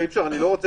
נכנסות יותר